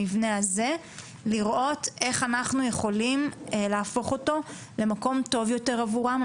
במבנה הזה ולראות אילך אנחנו יכולים להפוך אותו למקום טוב יותר עבורם.